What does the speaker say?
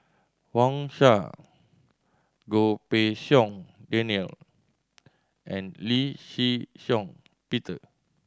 Wang Sha Goh Pei Siong Daniel and Lee Shih Shiong Peter